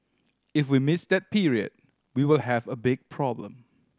if we miss that period we will have a big problem